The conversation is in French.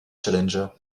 challenger